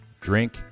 drink